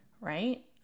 right